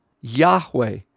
Yahweh